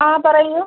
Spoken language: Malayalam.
ആ പറയൂ